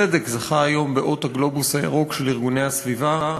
שבצדק זכה היום באות "הגלובוס הירוק" של ארגוני הסביבה.